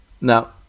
Now